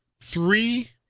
three